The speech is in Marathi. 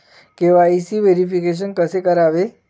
के.वाय.सी व्हेरिफिकेशन कसे करावे?